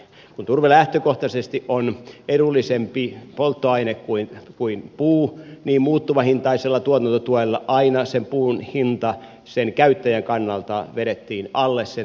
kun turve lähtökohtaisesti on edullisempi polttoaine kuin puu niin muuttuvahintaisella tuotantotuella aina puun hinta käyttäjän kannalta vedettiin alle turpeen hinnan